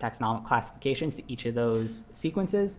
taxonomic classifications to each of those sequences.